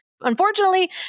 Unfortunately